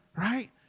right